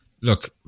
look